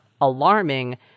alarming